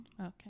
Okay